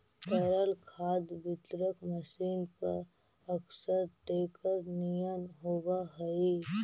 तरल खाद वितरक मशीन पअकसर टेंकर निअन होवऽ हई